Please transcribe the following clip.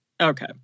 Okay